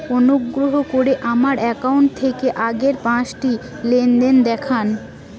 অনুগ্রহ করে আমার অ্যাকাউন্ট থেকে আগের পাঁচটি লেনদেন দেখান